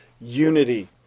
unity